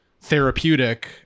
therapeutic